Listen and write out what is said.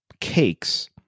cakes